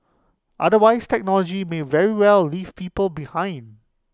otherwise technology may very well leave people behind